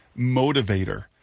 motivator